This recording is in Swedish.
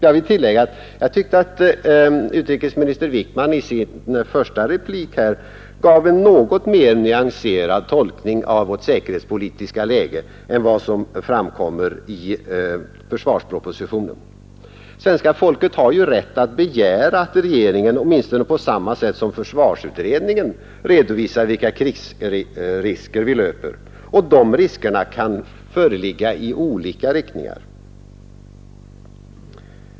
Jag vill tillägga att jag tyckte att utrikesminister Wickman i sin första replik gav en något mer nyanserad tolkning av vårt säkerhetspolitiska läge än vad som framkommer i försvarspropositionen. Svenska folket har ju rätt att begära att regeringen åtminstone på samma sätt som försvarsutredningen redovisar vilka krigsrisker vi löper, och de riskerna kan föreligga i olika riktningar.